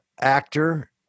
actor